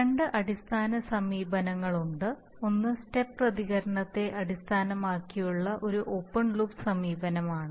രണ്ട് അടിസ്ഥാന സമീപനങ്ങളുണ്ട് ഒന്ന് സ്റ്റെപ്പ് പ്രതികരണത്തെ അടിസ്ഥാനമാക്കിയുള്ള ഒരു ഓപ്പൺ ലൂപ്പ് സമീപനമാണ്